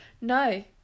No